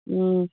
ꯎꯝ